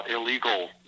illegal